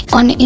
on